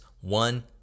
one